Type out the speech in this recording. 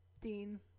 Dean